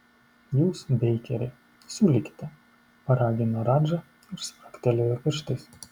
jūs beikeri siūlykite paragino radža ir spragtelėjo pirštais